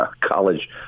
college